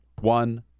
one